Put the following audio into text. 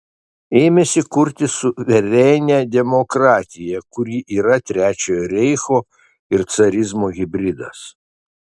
ėmėsi kurti suverenią demokratiją kuri yra trečiojo reicho ir carizmo hibridas